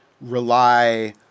rely